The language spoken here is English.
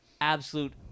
Absolute